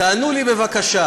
תענו לי בבקשה,